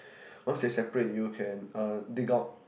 once they separate you can uh dig out